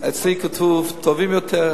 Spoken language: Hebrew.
אצלי כתוב "טובים יותר",